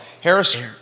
Harris